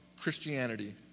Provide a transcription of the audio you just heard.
Christianity